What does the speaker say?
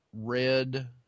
red